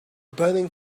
burning